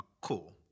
cool